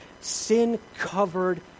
sin-covered